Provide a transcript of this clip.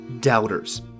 doubters